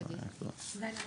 לא.